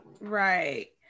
right